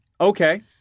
Okay